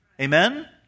Amen